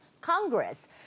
Congress